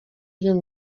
wiem